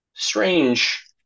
Strange